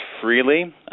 freely